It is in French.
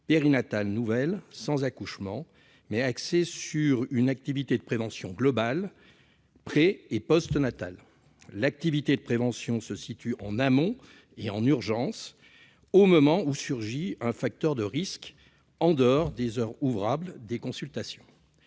périnatale nouvelle sans accouchements, mais axée sur une activité de prévention globale pré et postnatale. L'activité de prévention se situe en amont et en urgence, au moment où surgit un facteur de risque en dehors des heures ouvrables des consultations.